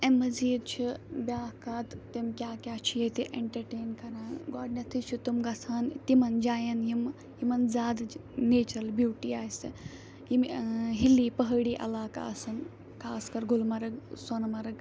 اَمہِ مٔزیٖد چھِ بیٛاکھ کَتھ تِم کیاہ کیاہ چھِ ییٚتہِ ایٚنٹَرٹین کَران گۄڈٕنیٚتھٕے چھِ تِم گژھان تِمَن جایَن یِم یِمَن زیادٕ نیچرَل بیٚوٹی آسہِ یِم ٲں ہِلی پہٲڑی علاقہٕ آسَن خاص کَر گُلمَرگ سۄنہٕ مَرگ